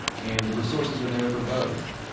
and the resources are there for both.